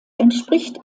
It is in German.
entspricht